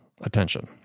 attention